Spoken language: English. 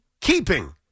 keeping